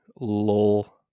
lol